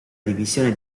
divisione